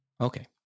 Okay